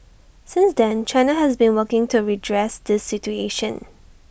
since then China has been working to redress this situation